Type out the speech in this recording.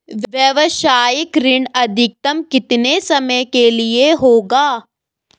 व्यावसायिक ऋण अधिकतम कितने समय के लिए होगा?